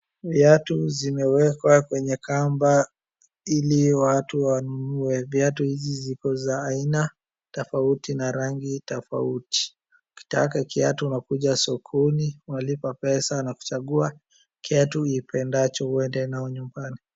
Viatu zimewekwa kwenye kwamba ili watu wanunue. Viatu hizi ziko za aina tofauti na rangi tofauti. Ukitaka kiatu unakuja sokoni unalipa pesa na kuchagua kitu ukipendacho uende nayo nyumbani